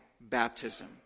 baptism